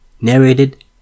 narrated